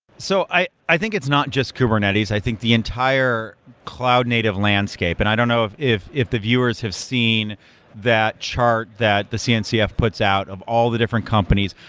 so i i think it's not just kubernetes. i think the entire cloud native landscape, and i don't know if if the viewers have seen that chart that the cncf puts out of all the different companies,